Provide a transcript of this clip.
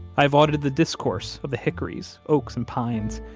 i have audited the discourse of the hickories, oaks, and pines,